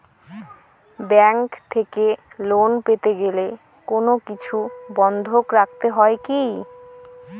Bank থেকে loan পেতে গেলে কোনো কিছু বন্ধক রাখতে হয় কি?